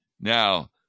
Now